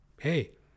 hey